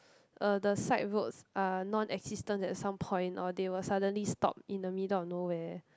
uh the side roads are non existent at some point or they will suddenly stop in the middle of nowhere